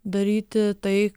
daryti tai